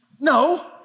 No